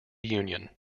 union